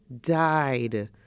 died